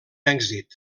èxit